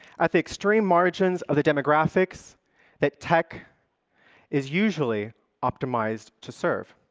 at the extreme margins of the demographics that tech is usually optimized to serve.